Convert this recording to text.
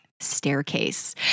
staircase